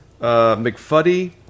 McFuddy